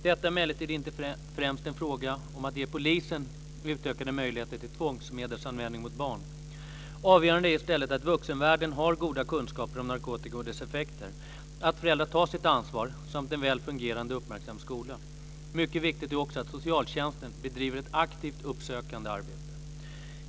Detta är emellertid inte främst en fråga om att ge polisen utökade möjligheter till tvångsmedelsanvändning mot barn. Avgörande är i stället att vuxenvärlden har goda kunskaper om narkotika och dess effekter, att föräldrar tar sitt ansvar samt en väl fungerande och uppmärksam skola. Mycket viktigt är också att socialtjänsten bedriver ett aktivt uppsökande arbete.